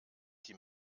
die